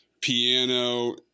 piano